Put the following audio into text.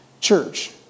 church